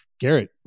Garrett